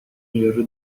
یارو